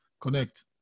connect